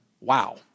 Wow